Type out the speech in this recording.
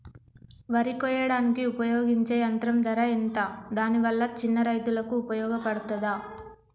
వరి కొయ్యడానికి ఉపయోగించే యంత్రం ధర ఎంత దాని వల్ల చిన్న రైతులకు ఉపయోగపడుతదా?